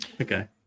Okay